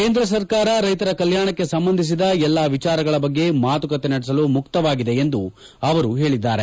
ಕೇಂದ್ರ ಸರ್ಕಾರ ರೈತರ ಕಲ್ಯಾಣಕ್ಕೆ ಸಂಬಂಧಿಸಿದ ಎಲ್ಲ ವಿಚಾರಗಳ ಬಗ್ಗೆ ಮಾತುಕತೆ ನಡೆಸಲು ಮುಕ್ತವಾಗಿದೆ ಎಂದು ಅವರು ಹೇಳಿದ್ದಾರೆ